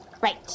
Right